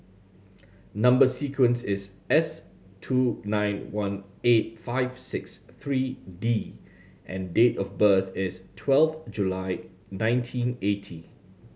number sequence is S two nine one eight five six three D and date of birth is twelve July nineteen eighty